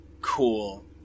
Cool